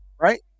right